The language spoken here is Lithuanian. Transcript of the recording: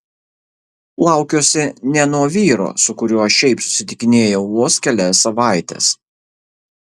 laukiuosi ne nuo vyro su kuriuo šiaip susitikinėjau vos kelias savaites